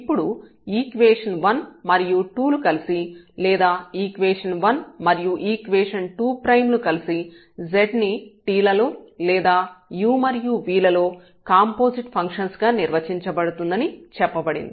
ఇప్పుడు ఈక్వేషన్ 1 మరియు 2 లు కలిసి లేదా ఈక్వేషన్ 1 మరియు ఈక్వేషన్ 2 లు కలిసి z ని t లలో లేదా u మరియు v లలో కాంపోజిట్ ఫంక్షన్ గా నిర్వచించబడుతుందని చెప్పబడింది